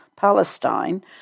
Palestine